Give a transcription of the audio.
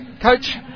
coach